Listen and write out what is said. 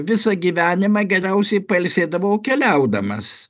visą gyvenimą geriausiai pailsėdavau keliaudamas